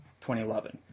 2011